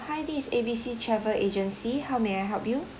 hi this is A B C travel agency how may I help you